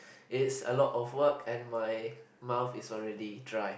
it's a lot of work and my mouth is already dry